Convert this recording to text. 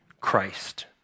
Christ